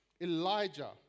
elijah